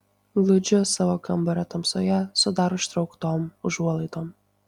glūdžiu savo kambario tamsoje su dar užtrauktom užuolaidom